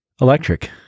Electric